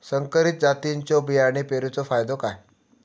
संकरित जातींच्यो बियाणी पेरूचो फायदो काय?